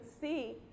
see